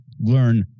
learn